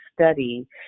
study